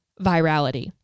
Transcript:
virality